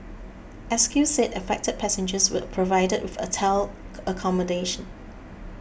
S Q said affected passengers were provided with hotel accommodation